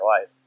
life